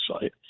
site